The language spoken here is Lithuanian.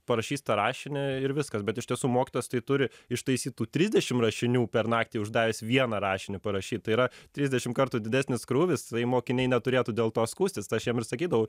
parašys tą rašinį ir viskas bet iš tiesų mokytojas tai turi ištaisyt tų trisdešim rašinių per naktį uždavęs vieną rašinį parašyt tai yra trisdešim kartų didesnis krūvis tai mokiniai neturėtų dėl to skųstis tai aš jiem sakydavau